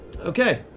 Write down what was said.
Okay